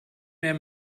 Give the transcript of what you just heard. mehr